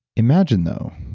imagine though,